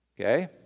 okay